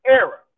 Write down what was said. era